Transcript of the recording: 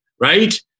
right